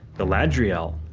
galadriel.